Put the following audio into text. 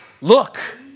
look